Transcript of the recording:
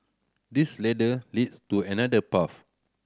this ladder leads to another path